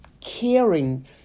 caring